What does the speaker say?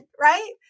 Right